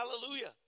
hallelujah